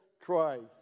Christ